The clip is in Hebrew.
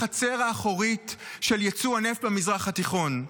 לחצר האחורית של יצוא הנפט במזרח התיכון.